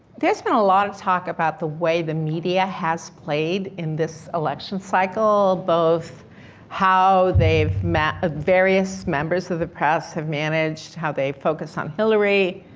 there's been a lot of talk about the way the media has played in this election cycle, both how they've, ah various members of the press have managed, how they focus on hillary,